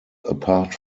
apart